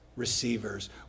receivers